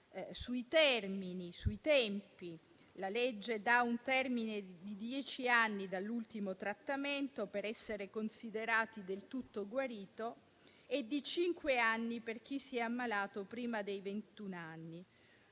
sui termini e sui tempi, la legge dà un termine di dieci anni dall'ultimo trattamento per essere considerati del tutto guariti e di cinque anni per chi si è ammalato prima dei ventun anni.